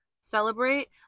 celebrate